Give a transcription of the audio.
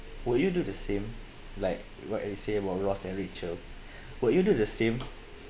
would you do the same like what you say about ross and rachel would you do the same